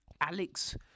Alex